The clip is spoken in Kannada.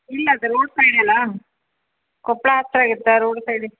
ಇಲ್ಲ ಅಕ್ಕ ರೋಡ್ ಸೈಡೆ ಅಲ್ಲ ಕೊಪ್ಪಳ ಹತ್ತಿರ ಇದ್ದ ರೋಡ್ ಸೈಡೆ